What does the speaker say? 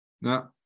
no